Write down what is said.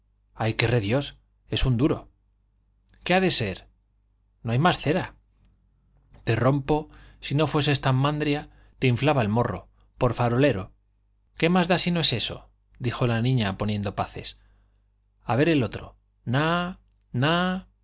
ay que rediós es un duro qué ha de ser no hay más cera te rompo si no fueses tan mandria te inflaba el morro por farolero qué más da si no es eso dijo la niña poniendo paces a ver el otro na na